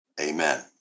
Amen